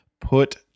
Put